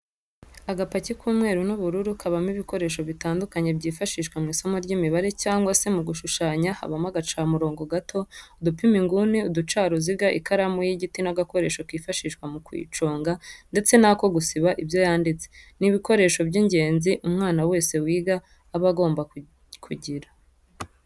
Agapaki k'umweru n'ubururu kabamo ibikoresho bitandukanye byifashishwa mw'isomo ry'imibare cyangwa se mu gushushanya habamo agacamurongo gato, udupima inguni, uducaruziga ,ikaramu y'igiti n'agakoresho kifashishwa mu kuyiconga ndetse n'ako gusiba ibyo yanditse, ni ibikoresho by'ingenzi umwana wese wiga aba agomba kugira.